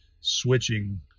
switching